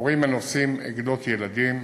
הורים הנושאים עגלות ילדים,